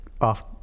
off